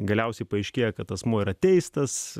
galiausiai paaiškėja kad asmuo yra teistas